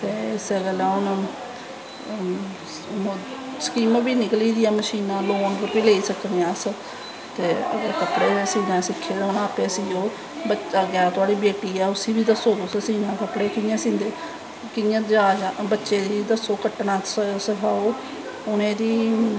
इस्सै गल्लां हून स्कीम बी निकली दी ऐ मशीन लेई सकनें आं अस ते कपड़े सीनां सिक्खे दे हा अप्पैं सीयो वक्तै पर तुआढ़े बेटी ऐ उसी बी दस्सो कपड़े कियां सीने बच्चे गी बी दस्सो कड्ढना सखाओ उनेंगी